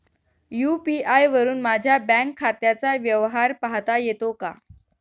UPI वरुन माझ्या bank खात्याचा व्यवहार पाहता येतो का?